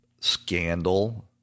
scandal